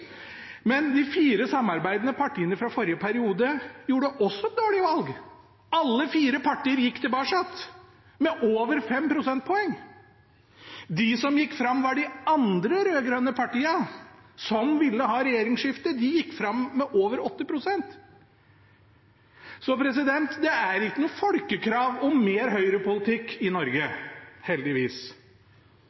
Men de fire samarbeidende partiene fra forrige periode gjorde også et dårlig valg. Alle de fire partiene gikk tilbake – til sammen med over 5 prosentpoeng. De som gikk fram, var de andre rød-grønne partiene som ville ha regjeringsskifte – de gikk fram med over 8 prosentpoeng. Det er ikke noe folkekrav om mer høyrepolitikk i Norge, heldigvis.